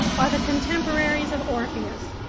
are the contemporaries of orpheus,